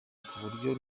kuburyo